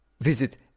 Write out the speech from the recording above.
Visit